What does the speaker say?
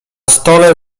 stole